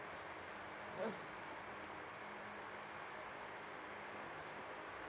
mm